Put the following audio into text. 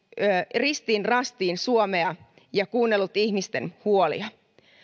ristiin rastiin suomea ja kuunnellut ihmisten huolia